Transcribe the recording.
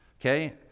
Okay